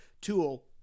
tool